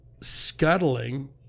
scuttling